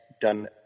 done